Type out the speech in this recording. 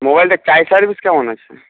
মোবাইলটার charge service কেমন আছে